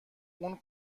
اون